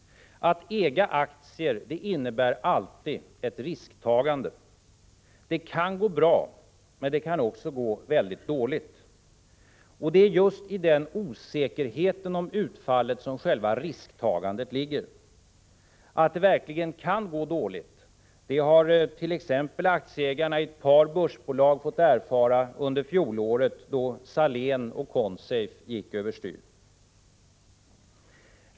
Att äga aktier innebär alltid ett risktagande. Det kan gå bra, men det kan också gå mycket dåligt. Det är just i den osäkerheten om utfallet som själva risktagandet ligger. Att det verkligen kan gå dåligt hart.ex. aktieägarna i ett par börsbolag fått erfara under fjolåret, då Salén och Consafe gick över styr.